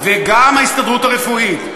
גם ההסתדרות הרפואית,